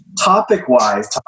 topic-wise